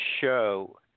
show